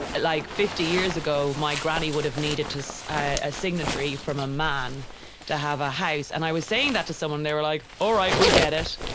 like fifty years ago, my granny would have needed to see a signatory from a man to have a house. and i was saying that to someone, they were like, alright, we get it.